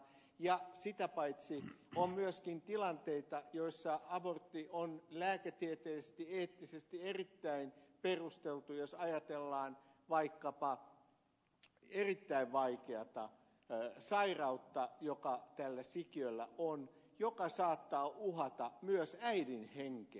ja sitä paitsi on myöskin tilanteita joissa abortti on lääketieteellisesti ja eettisesti erittäin perusteltu jos ajatellaan vaikkapa erittäin vaikeata sairautta joka tällä sikiöllä on ja joka saattaa uhata myös äidin henkeä